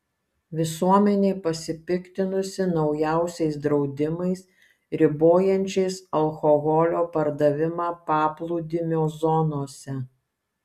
visuomenė pasipiktinusi naujausiais draudimais ribojančiais alkoholio pardavimą paplūdimio zonose